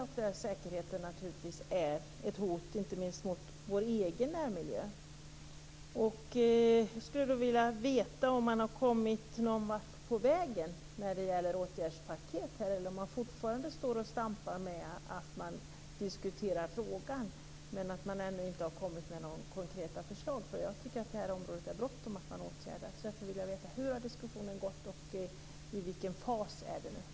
Det är naturligtvis ett hot, inte minst mot vår egen närmiljö. Jag skulle vilja veta om man har kommit någon vart på vägen när det gäller åtgärdspaket, eller om man fortfarande står och stampar och diskuterar frågan, men ännu inte har kommit med några konkreta förslag. Jag tycker att det är bråttom med åtgärder när det gäller det här området. Hur har diskussionen gått och i vilken fas är den nu?